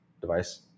device